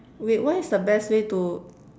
wait what is the best way to